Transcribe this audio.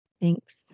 Thanks